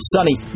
Sunny